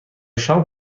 شام